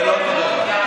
זה לא אותו דבר.